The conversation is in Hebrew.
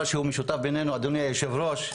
משותף בינינו, אדוני היושב ראש,